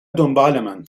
دنبالمن